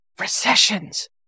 recessions